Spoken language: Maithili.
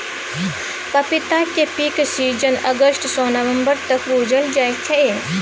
पपीताक पीक सीजन अगस्त सँ नबंबर तक बुझल जाइ छै